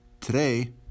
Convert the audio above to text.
today